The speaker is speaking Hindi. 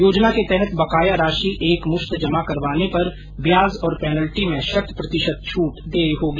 योजना के तहत बकाया राशि एक मुश्त जमा करवाने पर ब्याज और पैनल्टी में शत प्रतिशत छूट देय होगी